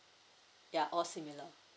ya all similar